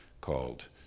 called